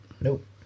Nope